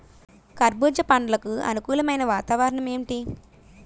కర్బుజ పండ్లకు అనుకూలమైన వాతావరణం ఏంటి?